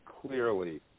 clearly